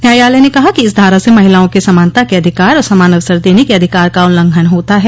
न्यायालय ने कहा कि इस धारा से महिलाओं के समानता के अधिकार और समान अवसर देने के अधिकार का उल्लंघन होता है